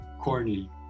corny